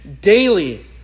daily